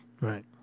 Right